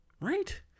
right